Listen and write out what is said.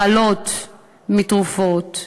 הרעלות מתרופות,